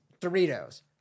Doritos